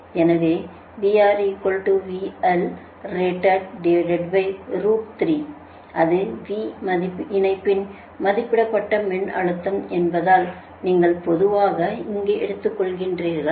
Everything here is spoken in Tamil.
எனவே அது V இணைப்பின் மதிப்பிடப்பட்ட மின்னழுத்தம் என்பதால் நீங்கள் பொதுவாக இங்கே எடுத்துக்கொள்கிறீர்கள்